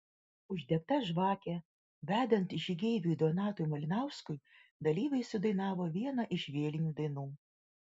uždegta žvakė vedant žygeiviui donatui malinauskui dalyviai sudainavo vieną iš vėlinių dainų